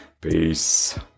Peace